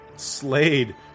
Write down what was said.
Slade